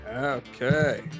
Okay